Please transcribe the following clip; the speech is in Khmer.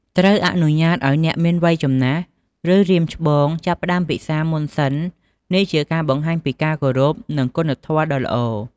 ត្រូវអនុញ្ញាតឱ្យអ្នកមានវ័យចំណាស់ ឬរៀមច្បងចាប់ផ្ដើមពិសារមុនសិន នេះជាការបង្ហាញពីការគោរព និងគុណធម៌ដ៏ល្អ។